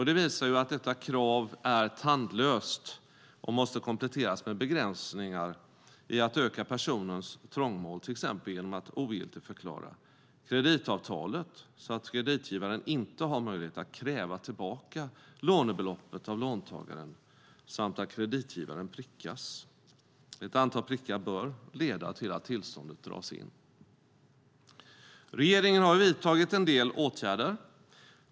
Det visar att detta krav är tandlöst och måste kompletteras med begränsningar i att öka personens trångmål, till exempel genom att ogiltigförklara kreditavtalet så att kreditgivaren inte har möjlighet att kräva tillbaka lånebeloppet av låntagaren samt att kreditgivaren prickas. Ett antal prickar bör leda till att tillståndet dras in. Regeringen har vidtagit en del åtgärder.